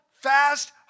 fast